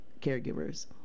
caregivers